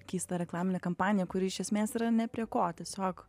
keista reklamine kampanija kuri iš esmės yra ne prie ko tiesiog